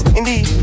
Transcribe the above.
indeed